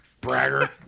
Bragger